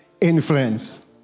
Influence